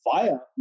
via